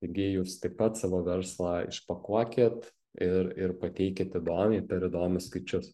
taigi jūs taip pat savo verslą išpakuokit ir ir pateikit įdomiai per įdomius skaičius